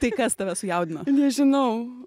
tai kas tave sujaudino nežinau